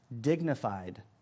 dignified